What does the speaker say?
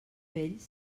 vells